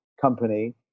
company